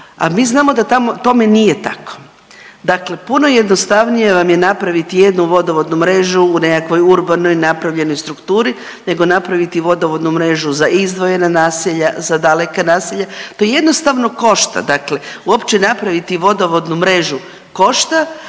a mi znamo da tome nije tako. Dakle, puno jednostavnije vam je napraviti jednu vodovodnu mrežu u nekakvoj urbanoj napravljenoj strukturi nego napraviti vodovodnu mrežu za izdvojena naselja, za daleka naselja. To jednostavno košta, dakle uopće napraviti vodovodnu mrežu košta,